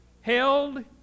held